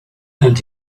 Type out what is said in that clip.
and